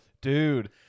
Dude